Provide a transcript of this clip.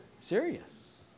Serious